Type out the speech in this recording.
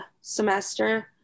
semester